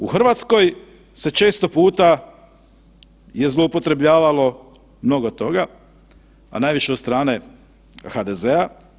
U Hrvatskoj se često puta zloupotrebljavalo mnogo toga, a najviše od strane HDZ.